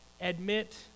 admit